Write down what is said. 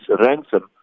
ransom